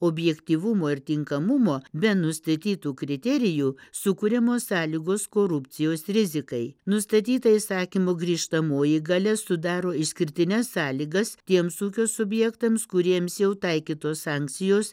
objektyvumo ir tinkamumo be nustatytų kriterijų sukūrimo sąlygos korupcijos rizikai nustatyta įsakymo grįžtamoji galia sudaro išskirtines sąlygas tiems ūkio subjektams kuriems jau taikytos sankcijos